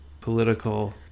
political